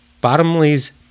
Bottomley's